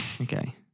Okay